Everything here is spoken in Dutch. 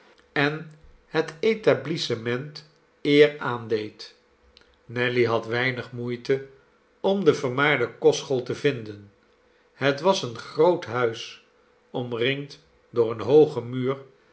en het etablissement eer aandeed nelly had weinig moeite om de vermaarde kostschool te vinden het was een groot huis omringd door een hoogen muur